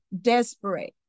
desperate